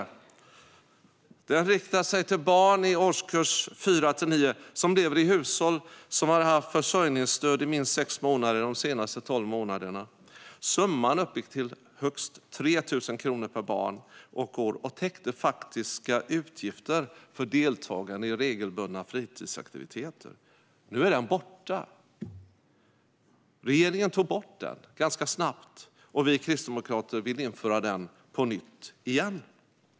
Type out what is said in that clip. Fritidspengen riktar sig till barn i årskurs 4-9 som lever i hushåll som har haft försörjningsstöd i minst sex månader de senaste tolv månaderna. Summan uppgick till högst 3 000 kronor per barn och år och täckte faktiska utgifter för deltagande i regelbundna fritidsaktiviteter. Nu är den borta. Regeringen tog bort den ganska snabbt, och vi kristdemokrater vill införa den på nytt.